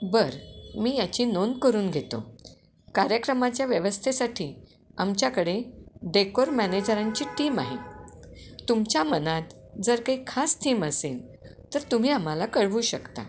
बर मी याची नोंद करून घेतो कार्यक्रमाच्या व्यवस्थेसाठी आमच्याकडे डेकोर मॅनेजरांची टीम आहे तुमच्या मनात जर काही खास थिम असेल तर तुम्ही आम्हाला कळवू शकता